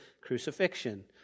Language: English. crucifixion